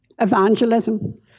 evangelism